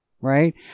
Right